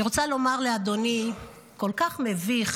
אני רוצה לומר לאדוני: כל כך מביך.